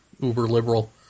Uber-liberal